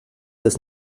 das